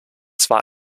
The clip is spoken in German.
zwar